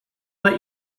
let